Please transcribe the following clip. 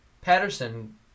Patterson